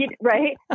right